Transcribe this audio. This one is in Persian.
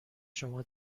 شما